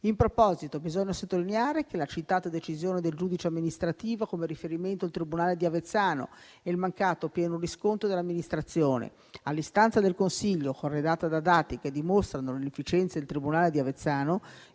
In proposito bisogna sottolineare che la citata decisione del giudice amministrativo ha come riferimento il tribunale di Avezzano e il mancato pieno riscontro dell'amministrazione «(...) all'istanza del Consiglio, corredata da dati che dimostrano l'inefficienza del Tribunale di Avezzano